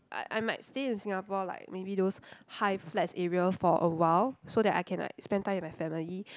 I I might stay in Singapore like maybe those high flats area for a while so that I can like spend time with my family